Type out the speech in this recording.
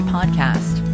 Podcast